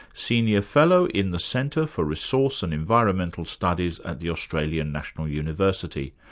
senior fellow in the centre for resource and environmental studies at the australian national university,